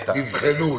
איתן --- נבחנו,